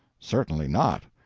certainly not.